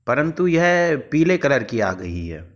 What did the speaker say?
परंतु यह पीले कलर की आ गई है